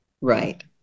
Right